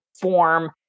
form